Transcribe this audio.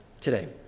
today